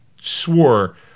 swore